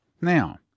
Now